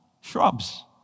shrubs